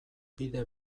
bide